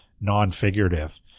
non-figurative